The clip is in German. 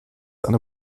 einer